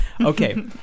Okay